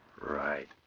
Right